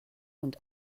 und